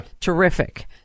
terrific